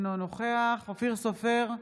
אינו נוכח אופיר סופר,